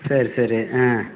சரி சரி ஆ